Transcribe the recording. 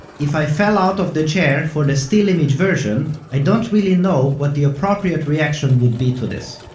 if i fell out of the chair for the still image version, i don't really know what the appropriate reaction would be to this.